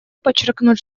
подчеркнуть